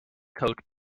coat